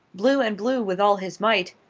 blew and blew with all his might,